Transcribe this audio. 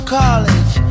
college